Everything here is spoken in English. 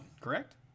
correct